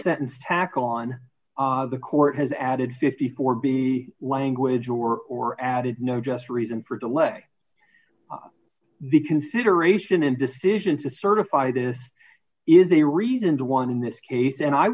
sentence tackle on the court has added fifty four b language or or added no just reason for delay the consideration in decision to certify this is a reasoned one in this case and i